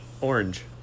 Orange